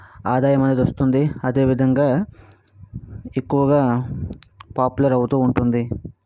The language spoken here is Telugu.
ఆదాయం అనేది వస్తుంది అదేవిధంగా ఎక్కువగా పాపులర్ అవుతూ ఉంటుంది